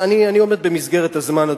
אני עומד במסגרת הזמן,